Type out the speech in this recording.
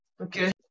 Okay